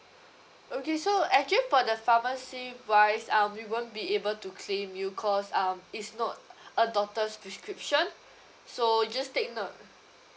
okay so actually for the pharmacy wise uh we won't be able to claim you cause um it's not a doctor's prescription so just take note